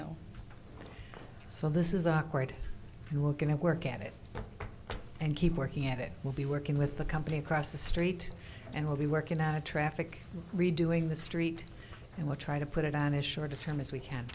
no so this is awkward and we're going to work at it and keep working at it we'll be working with the company across the street and we'll be working out a traffic redoing the street and we're trying to put it on a shorter term as we can